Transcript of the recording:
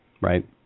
Right